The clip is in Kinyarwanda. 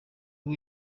ubu